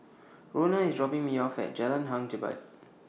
Rona IS dropping Me off At Jalan Hang Jebat